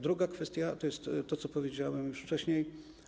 Druga kwestia to jest to, co powiedziałem już wcześniej.